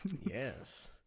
Yes